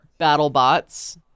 BattleBots